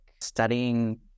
studying